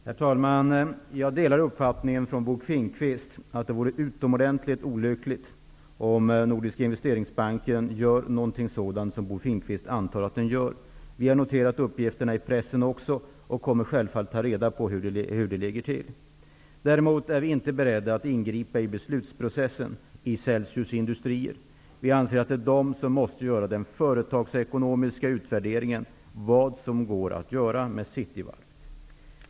Herr talman! Jag delar Bo Finnkvists uppfattning att det vore utomordentligt olyckligt om Nordiska Investeringsbanken gör vad han tror att den gör. Vi har också noterat uppgifterna i pressen, och vi kommer självfallet att ta reda på hur det ligger till. Däremot är vi inte beredda att ingripa i beslutsprocessen i Celsius Industrier. Vi anser att det är de som måste göra den företagsekonomiska utvärderingen, dvs. ta ställning till vad som kan göras med Cityvarvet.